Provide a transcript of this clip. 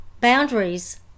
boundaries